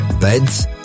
beds